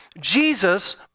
Jesus